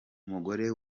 umugore